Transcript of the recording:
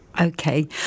Okay